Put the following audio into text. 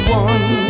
one